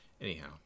Anyhow